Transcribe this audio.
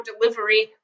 delivery